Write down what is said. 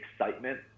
excitement